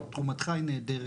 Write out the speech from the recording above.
תרומתך היא נהדרת.